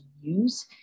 use